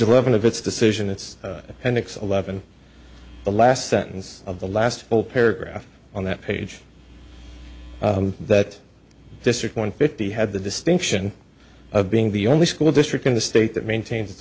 eleven of its decision it's an excel levon the last sentence of the last full paragraph on that page that district won fifty had the distinction of being the only school district in the state that maintains it